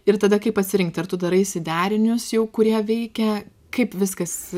ir tada kai pasirinkti ar tu daraisi derinius jau kurie veikia kaip viskas